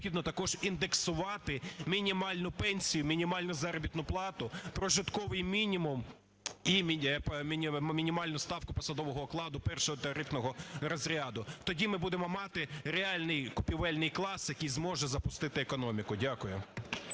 також індексувати мінімальну пенсію, мінімальну заробітну плату, прожитковий мінімум і мінімальну ставку посадового окладу першого тарифного розряду. Тоді ми будемо мати реальний купівельний клас, який зможе запустити економіку. Дякую.